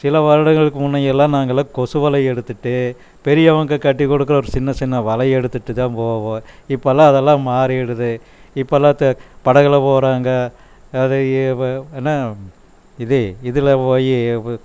சில வருடங்களுக்கு முன்னையெல்லாம் நாங்கெல்லாம் கொசுவலை எடுத்துகிட்டு பெரியவங்க கட்டி கொடுக்கிற ஒரு சின்ன சின்ன வலை எடுத்துகிட்டுதான் போவோம் இப்பெல்லாம் அதெல்லாம் மாறிவிடுது இப்பெல்லாம் படகில் போகிறாங்க அது என்ன இது இதில் போய்